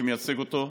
שמייצג אותו: